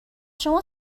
شما